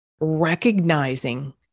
recognizing